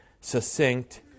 succinct